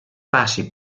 passi